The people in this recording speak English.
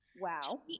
Wow